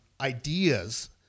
ideas